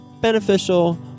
beneficial